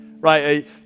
right